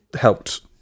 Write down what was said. helped